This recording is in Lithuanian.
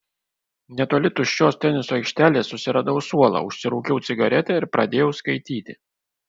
netoli tuščios teniso aikštelės susiradau suolą užsirūkiau cigaretę ir pradėjau skaityti